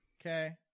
okay